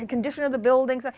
and condition of the buildings. ah